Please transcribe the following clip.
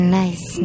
nice